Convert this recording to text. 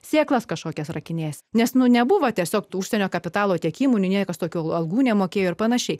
sėklas kažkokias rakinės nes nu nebuvo tiesiog užsienio kapitalo tiekimui niekas tokių algų nemokėjo ir pan